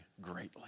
greatly